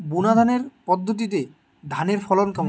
বুনাধানের পদ্ধতিতে ধানের ফলন কেমন?